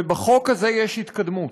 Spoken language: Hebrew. ובחוק הזה יש התקדמות.